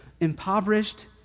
Impoverished